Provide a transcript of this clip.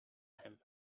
him